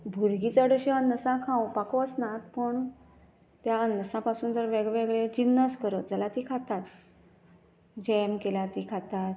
भुरगीं चड अननसा चड खावपाक वचनात पूण त्या अननसा पसून जर वेगवेगळे जिनस करत जाल्यार ती खातात जॅम केल्यार तीं खातात